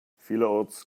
vielerorts